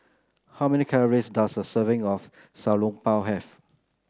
how many calories does a serving of Xiao Long Bao have